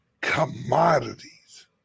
commodities